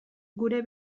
gure